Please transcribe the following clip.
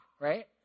right